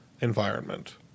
environment